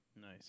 Nice